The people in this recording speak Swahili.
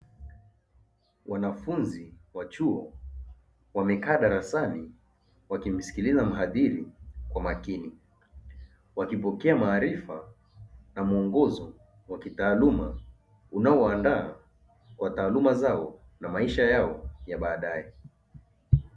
Wanafunzi wa chuo wamekaa darasani wakimsikiliza mhadhiri wa makini, wakipokea maarifa na muongozo wa kitaaluma unaowaandaa kwa taaluma zao na maisha yao ya badae.